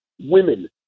women